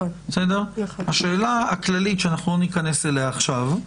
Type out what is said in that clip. השאלה הכללית, שלא ניכנס אליה עכשיו,